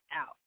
out